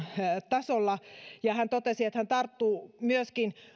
tasolla ja hän totesi että hän tarttuu myöskin